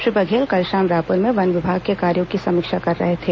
श्री बघेल कल शाम रायपुर में वन विभाग के कार्यो की समीक्षा कर रहे थे